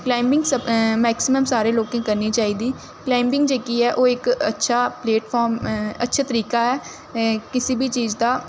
climbing maximum सारे लोकें करनी चाहिदी क्लाइंबिंग जेह्की ऐ ओह् इक अच्छा प्लेटफार्म अच्छा तरीका ऐ किसे बी चीज दा